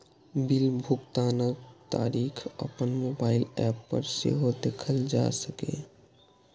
bill भुगतानक तारीख अपन मोबाइल एप पर सेहो देखल जा सकैए